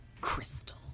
Crystal